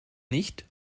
nicht